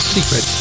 Secret